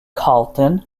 carleton